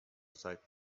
تایپ